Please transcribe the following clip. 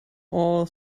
all